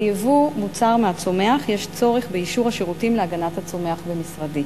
בייבוא מוצר מהצומח יש צורך באישור השירותים להגנת הצומח במשרדי.